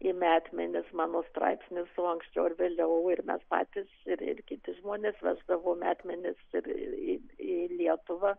į metmenis mano straipsnius o anksčiau ar vėliau ir mes patys ir ir kiti žmonės veždavo metmenis ir į lietuvą